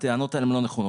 הטענות האלו הן לא נכונות.